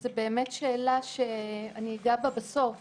זאת באמת שאלה שאני אגע בה בסוף